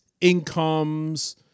incomes